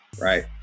right